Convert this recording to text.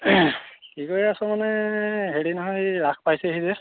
কি কৰি আছোঁ মানে হেৰি নহয় ৰাস পাইছেহি যে